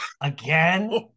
again